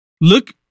look